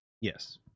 Yes